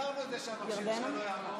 סידרנו את זה שהמכשיר שלך לא יעבוד.